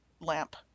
lamp